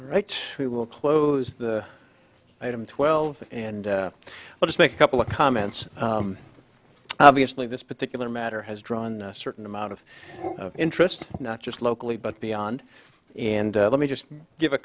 right we will close the item twelve and let us make a couple of comments obviously this particular matter has drawn a certain amount of interest not just locally but beyond and let me just give a